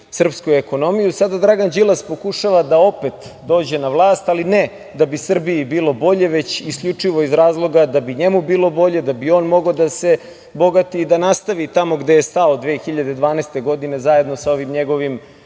srpsku ekonomiju, sada Dragan Đilas pokušava da opet dođe na vlast, ali ne da bi Srbiji bilo bolje, već isključivo iz razloga da bi njemu bilo bolje, da bi on mogao da se bogati i da nastavi tamo gde je stao 2012. godine zajedno sa ovim njegovim